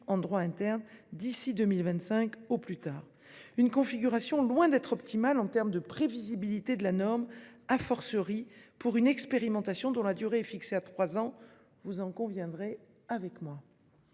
en droit interne en 2025 au plus tard. Cette configuration est loin d'être optimale en termes de prévisibilité de la norme, pour une expérimentation dont la durée est fixée à trois ans, vous en conviendrez. Je sais